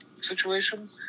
situation